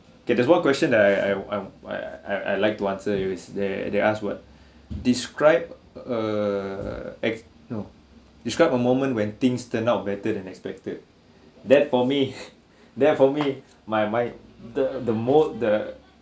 okay there's one question that I I I'm I I I like to answer is they they ask what describe a act no describe a moment when things turn out better than expected that for me there for me my my the the mode the